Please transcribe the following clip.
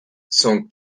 song